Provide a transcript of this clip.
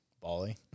Bali